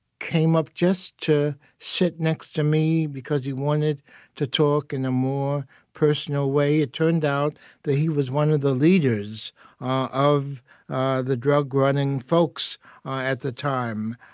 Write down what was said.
came up just to sit next to me because he wanted to talk in a more personal way. it turned out that he was one of the leaders ah of the drug-running folks at the time.